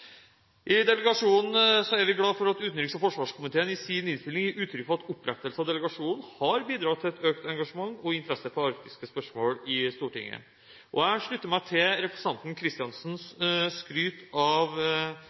I delegasjonen er vi glad for at utenriks- og forsvarskomiteen i sin innstilling gir uttrykk for at opprettelse av delegasjonen har bidratt til et økt engasjement og interesse for arktiske spørsmål i Stortinget. Jeg slutter meg til representanten Kristiansens skryt av